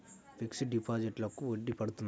Fixed డిపాజిట్లకు వడ్డీ పడుతుందా?